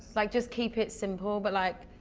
like, just keep it simple but like.